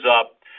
up